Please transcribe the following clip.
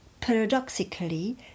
paradoxically